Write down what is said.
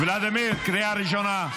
ולדימיר, קריאה ראשונה.